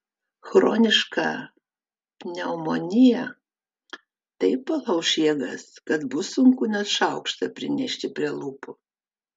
chroniška pneumonija taip palauš jėgas kad bus sunku net šaukštą prinešti prie lūpų